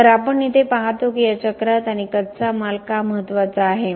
तर आपण येथे पाहतो की या चक्रात आणि कच्चा माल का महत्त्वाचा आहे